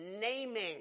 naming